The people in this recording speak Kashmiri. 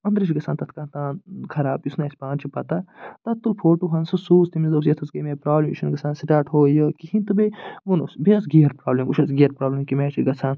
أنٛدرٕ چھُ گژھان تَتھ تان خراب یُس نہٕ اسہِ پانہٕ چھِ پَتہ تَتھ تُل فوٹوٗ ہن سُہ سوٗز تٔمِس دوٚپُس یَتھ حظ گٔے مےٚ پرٛابلِم یہِ چھُنہٕ گژھان سِٹارٹ ہُو یہِ کہیٖنۍ تہٕ بیٚیہِ ووٚنُس بیٚیہِ حظ گیَر پرٛابلِم وُچھ حظ گِیر پرٛابلِم کَمہِ آیہِ چھِ گژھان